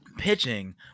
pitching